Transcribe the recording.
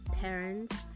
parents